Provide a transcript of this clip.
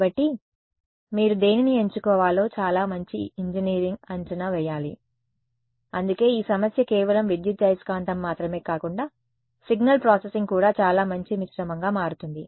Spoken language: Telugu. కాబట్టి మీరు దేనిని ఎంచుకోవాలో చాలా మంచి ఇంజనీరింగ్ అంచనా వేయాలి అందుకే ఈ సమస్య కేవలం విద్యుదయస్కాంతం మాత్రమే కాకుండా సిగ్నల్ ప్రాసెసింగ్ కూడా చాలా మంచి మిశ్రమంగా మారుతుంది